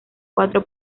cuatro